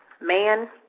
man